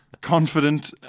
Confident